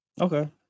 Okay